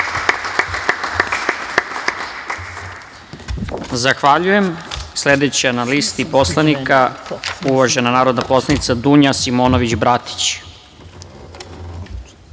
Zahvaljujem. Sledeća na listi poslanika je uvažena narodna poslanica Dunja Simonović